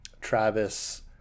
Travis